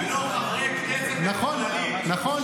נכון.